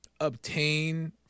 obtain